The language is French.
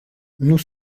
nous